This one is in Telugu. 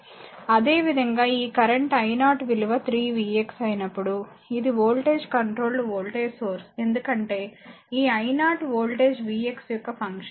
అదేవిధంగాఈ కరెంట్ i0 విలువ 3 v x అయినప్పుడు ఇది వోల్టేజ్ కంట్రోల్డ్ వోల్టేజ్ సోర్స్ ఎందుకంటే ఈ i0 వోల్టేజ్ v x యొక్క ఫంక్షన్